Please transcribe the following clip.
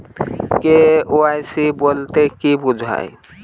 KYC বলতে কি বোঝায়?